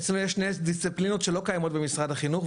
יש שתי דיסציפלינות שלא קיימות במשרד החינוך,